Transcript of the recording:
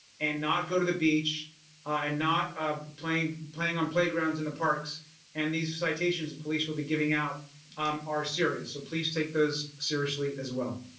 and not go to the beach and not playing playing on playgrounds in the parks and these citations the police will be giving out are serious so please take those seriously as well.